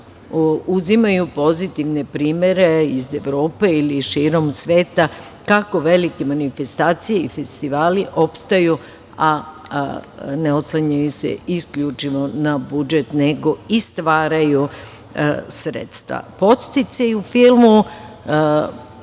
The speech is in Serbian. uzimaju pozitivne primere iz Evrope ili širom sveta, kako velike manifestacije i festivali opstaju, a ne oslanjaju se isključivo na budžet, nego i stvaraju sredstva. Podsticaji u filmu,